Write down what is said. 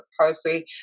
parsley